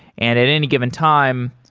and at any given time,